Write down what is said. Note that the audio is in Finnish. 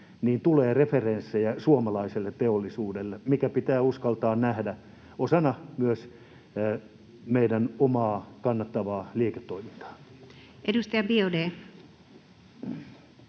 tulee referenssejä suomalaiselle teollisuudella, mikä pitää uskaltaa nähdä myös osana meidän omaa kannattavaa liiketoimintaa. [Mikko